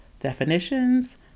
definitions